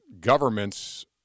governments